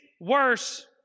worse